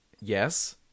Yes